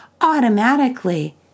automatically